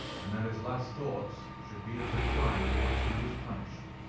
and that his last thoughts should be of the crime for which he was punished.